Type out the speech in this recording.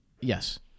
yes